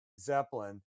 Zeppelin